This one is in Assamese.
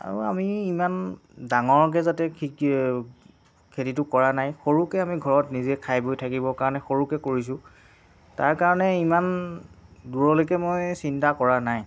আৰু আমি ইমান ডাঙৰকৈ যাতে খেতিটো কৰা নাই সৰুকৈ আমি ঘৰত নিজে খাই বৈ থাকিবৰ কাৰণে সৰুকৈ কৰিছোঁ তাৰ কাৰণে ইমান দূৰলৈকে মই চিন্তা কৰা নাই